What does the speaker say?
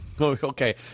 Okay